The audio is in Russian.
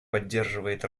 поддерживает